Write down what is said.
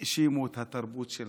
האשימו את התרבות שלנו,